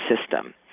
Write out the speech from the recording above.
system